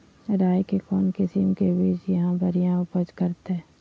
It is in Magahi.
राई के कौन किसिम के बिज यहा बड़िया उपज करते?